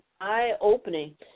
eye-opening